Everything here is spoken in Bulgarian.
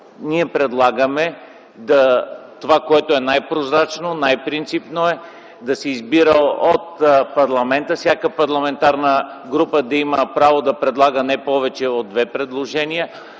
ние предлагаме това, което е най-прозрачно, най-принципно – да се избира от парламента. Всяка парламентарна група да има право да предлага не повече от две кандидатури